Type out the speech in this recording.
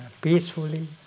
peacefully